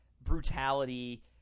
brutality